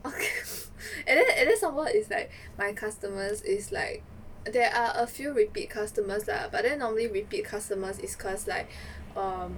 and then and then somemore is like my customers is like there are a few repeat customers lah but then normally repeat customers is cause like um